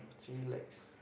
chillax